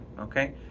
Okay